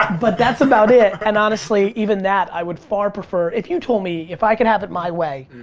but that's about it and honestly, even that, i would far prefer. if you told me, if i could have it my way,